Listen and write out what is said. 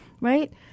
right